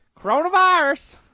Coronavirus